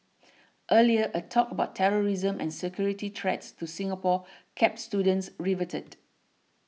earlier a talk about terrorism and security threats to Singapore kept students riveted